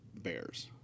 bears